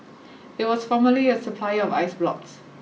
it was formerly a supplier of ice blocks